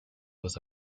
was